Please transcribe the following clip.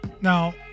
now